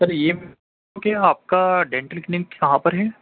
سر یہ کہ آپ کا ڈینٹل کلینک کہاں پر ہے